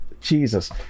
jesus